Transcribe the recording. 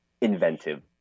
inventive